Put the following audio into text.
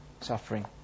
Suffering